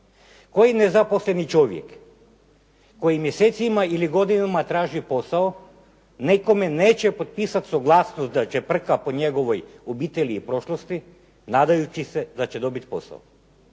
Koji nezaposleni čovjek koji mjesecima ili godinama traži posao, nekome neće potpisat suglasnost da čeprka po njegovoj obitelji i prošlosti nadajući se da će dobiti posao?